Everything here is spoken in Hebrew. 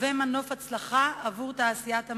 תהווה מנוף להצלחה עבור תעשיית המים.